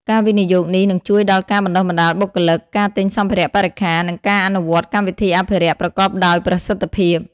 ការវិនិយោគនេះនឹងជួយដល់ការបណ្តុះបណ្តាលបុគ្គលិក ការទិញសម្ភារៈបរិក្ខារ និងការអនុវត្តកម្មវិធីអភិរក្សប្រកបដោយប្រសិទ្ធភាព។